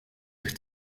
zich